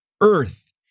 earth